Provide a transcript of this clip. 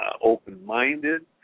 open-minded